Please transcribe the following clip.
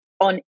on